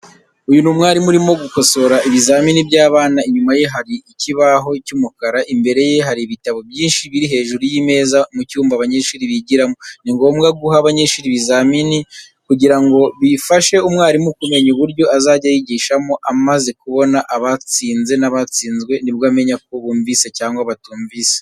Uyu ni umwarimu urimo gukosora ibizamini by'abana, inyuma ye hari ikibaho cy'umukara, imbere ye hari ibitabo byinshi biri hejuru y'imeza mu cyumba abanyeshuri bigiramo. Ni ngombwa guha abanyeshuri ibizamini kugira ngo bifashe mwarimu kumenya uburyo azajya yigishamo, amaze kubona abatsinze n'abatsinzwe nibwo amenya ko bumvishe cyangwa batumvishe.